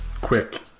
quick